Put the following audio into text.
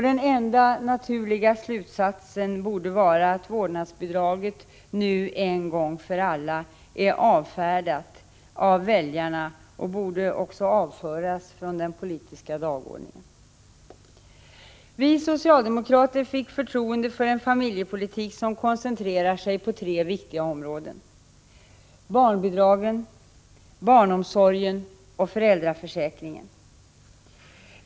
Den enda naturliga slutsatsen borde vara att vårdnadsbidraget nu en gång för alla är avfärdat av väljarna och också borde avföras från den politiska dagordningen. Vi socialdemokrater fick förtroende för en familjepolitik som koncentrerar sig på tre viktiga områden: barnbidragen, barnomsorgen och föräldraförsäkringen.